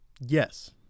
Yes